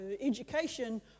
education